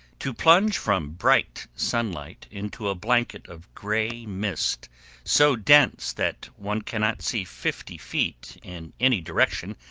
to plunge from bright sunlight into a blanket of gray mist so dense that one cannot see fifty feet in any direction,